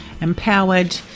empowered